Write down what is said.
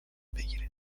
بگیره